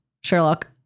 Sherlock